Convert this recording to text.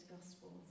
Gospels